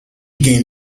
gained